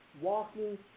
walking